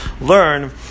learn